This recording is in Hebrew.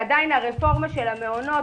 כשעדיין הרפורמה של המעונות,